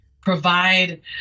provide